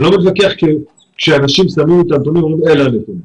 לא מתווכח כשאנשים שמים את הנתונים ואומרים אלה הנתונים.